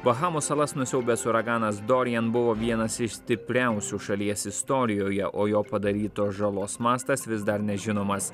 bahamų salas nusiaubęs uraganas dorian buvo vienas iš stipriausių šalies istorijoje o jo padarytos žalos mastas vis dar nežinomas